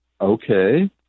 okay